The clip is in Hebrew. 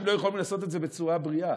לא יכולים לעשות את זה בצורה בריאה?